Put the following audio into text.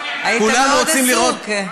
היית מאוד עסוק,